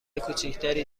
کوچکتری